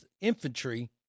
Infantry